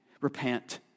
Repent